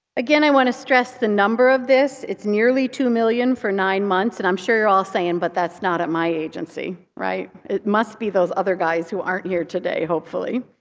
again i want to stress the number of this. it's nearly two million for nine months. and i'm sure you're all saying, but that's not at my agency. it must be those other guys who aren't here today, hopefully.